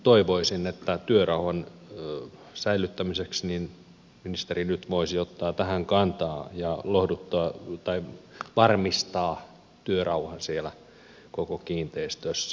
toivoisin että työrauhan säilyttämiseksi ministeri nyt voisi ottaa tähän kantaa ja varmistaa työrauhan siellä koko kiinteistössä